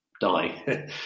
die